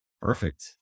Perfect